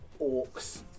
orcs